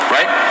Right